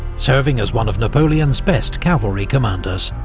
serving as one of napoleon's best cavalry commanders.